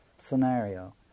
scenario